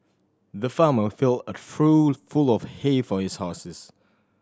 the farmer filled a trough full of hay for his horses